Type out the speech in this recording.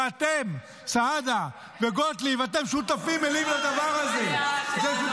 ואתם, סעדה וגוטליב, אתם שותפים מלאים לדבר הזה.